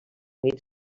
units